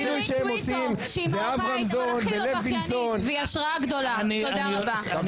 מסכים איתך, סליחה.